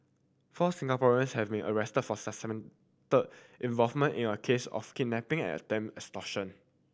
four Singaporeans have been arrested for suspected involvement in a case of kidnapping and attempted extortion